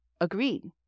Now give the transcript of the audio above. Agreed